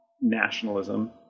nationalism